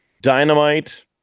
dynamite